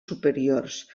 superiors